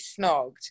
snogged